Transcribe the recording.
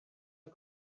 you